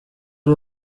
uri